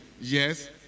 Yes